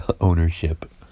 Ownership